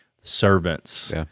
Servants